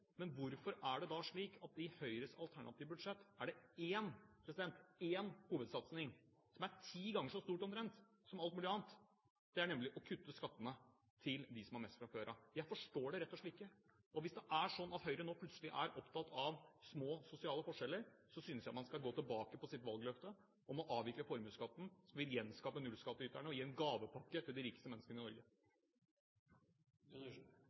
men hvorfor er det da i Høyres alternative budsjett én hovedsatsing som er omtrent ti ganger så stor som alt mulig annet, nemlig å kutte skattene til dem som har mest fra før? Jeg forstår det rett og slett ikke. Og hvis det er sånn at Høyre nå plutselig er opptatt av små sosiale forskjeller, synes jeg man skal gå tilbake på sitt valgløfte om å avvikle formuesskatten, som vil gjenskape nullskatteyterne og gi en gavepakke til de rikeste menneskene i Norge.